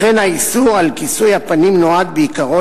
לכן האיסור על כיסוי הפנים נועד בעיקרו